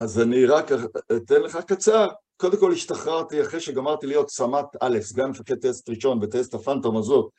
אז אני רק אתן לך קצר, קודם כל השתחררתי אחרי שגמרתי להיות סמ"ט אלס, סגן מפקד טייסת ראשון בטייסת הפאנטום הזאת.